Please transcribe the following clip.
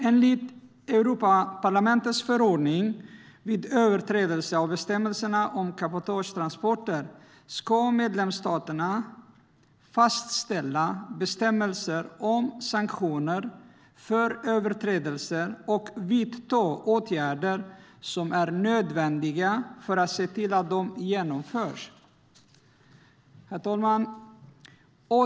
Enligt Europaparlamentets förordning om överträdelser av bestämmelserna om cabotagetransporter ska medlemsstaterna fastställa bestämmelser om sanktioner för överträdelser och vidta åtgärder som är nödvändiga för att se till att de genomförs. Herr talman!